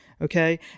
Okay